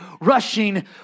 rushing